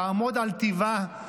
לעמוד על טיבה,